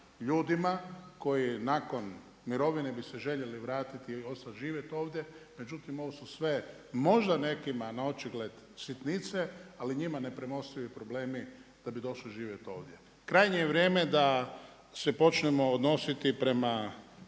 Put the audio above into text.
ljudima koji nakon mirovine bi se željeli vratiti i ostati živjeti ovdje, međutim ovo su sve možda nekima naočigled sitnice ali njima nepremostivi problemi da bi došli živjeti ovdje. Krajnje je vrijeme da se počnemo odnositi prema